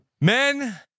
Men